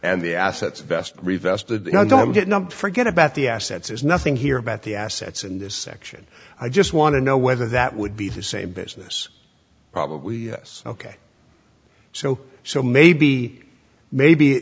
and the assets best revestive now don't get numb forget about the assets there's nothing here about the assets in this section i just want to know whether that would be the same business probably yes ok so so maybe maybe